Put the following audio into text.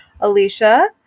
Alicia